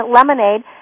lemonade